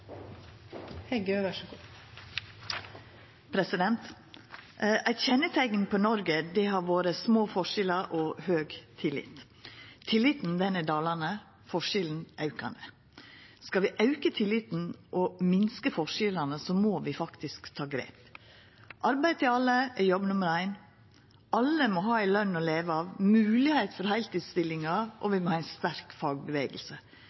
aukande. Skal vi auka tilliten og minska forskjellane, må vi faktisk ta grep. Arbeid til alle er jobb nummer éin. Alle må ha ei løn å leva av, moglegheit for heiltidsstilling, og